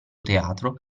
teatro